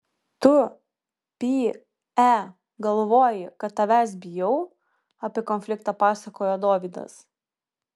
tu py e galvoji kad tavęs bijau apie konfliktą pasakojo dovydas